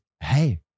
hey